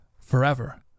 forever